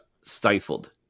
stifled